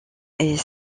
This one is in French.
est